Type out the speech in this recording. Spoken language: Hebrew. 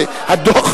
על מערך הכבאות.